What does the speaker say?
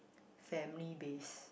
family based